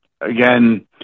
again